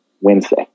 wednesday